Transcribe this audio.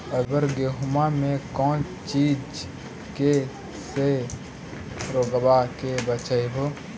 अबर गेहुमा मे कौन चीज के से रोग्बा के बचयभो?